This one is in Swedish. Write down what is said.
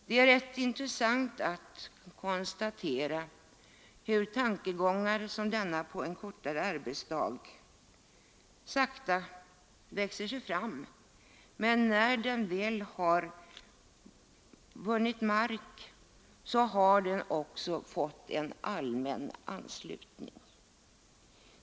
Det är rätt intressant att konstatera hur tankegångar som denna på en kortare arbetsdag sakta växer sig fram. Men när de väl har vunnit mark, har de också snabbt fått en allmän anslutning.